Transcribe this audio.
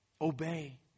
obey